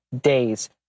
days